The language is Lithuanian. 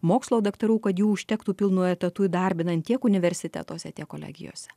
mokslo daktarų kad jų užtektų pilnu etatu įdarbinant tiek universitetuose tiek kolegijose